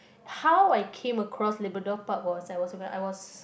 how I came across Labrador-Park was I was when I was